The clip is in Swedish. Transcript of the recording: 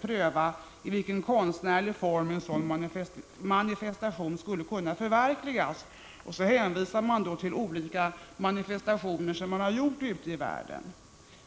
pröva i vilken konstnärlig form som en sådan manifestation på lämpligaste sätt skall kunna förverkligas. Sedan hänvisar man till olika manifestationer som har gjorts ute i världen.